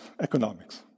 economics